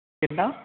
ਕਿੰਨਾ